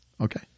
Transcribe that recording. Okay